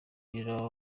w’umupira